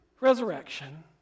resurrection